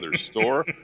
store